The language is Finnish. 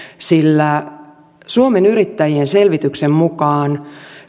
sillä suomen yrittäjien selvityksen mukaan